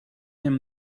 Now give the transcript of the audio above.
him